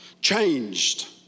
changed